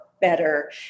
Better